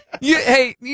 Hey